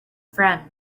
friend